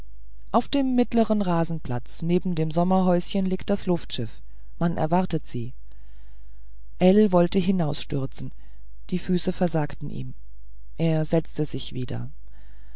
auf dem mittleren rasenplatz neben dem sommerhäuschen liegt das luftschiff man erwartet sie ell wollte hinausstürzen die füße versagten ihm er setzte sich wieder